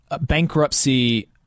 bankruptcy